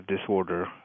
disorder